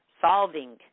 solving